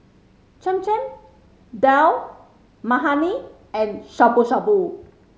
Cham Cham Dal Makhani and Shabu Shabu